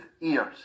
ears